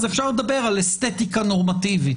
אז אפשר לדבר על אסתטיקה נורמטיבית.